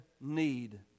need